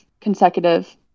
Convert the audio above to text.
consecutive